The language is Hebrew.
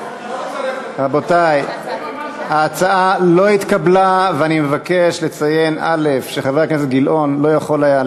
32. אני מבקש לציין שחבר הכנסת גילאון לא יכול היה,